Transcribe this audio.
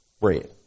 bread